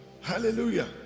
Hallelujah